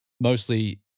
Mostly